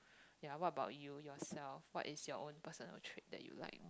ya what about you yourself what is your own personal trait that you like